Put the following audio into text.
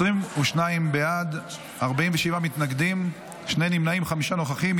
22 בעד, 47 מתנגדים, שני נמנעים, חמישה נוכחים.